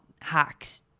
hacks